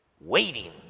waiting